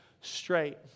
straight